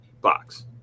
box